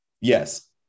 yes